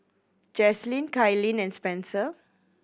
Jaslene Kailyn and Spencer